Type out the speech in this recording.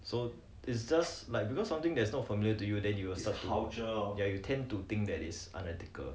so it's just like because something that's not familiar to you then you will ya you tend to think that is unethical